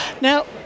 now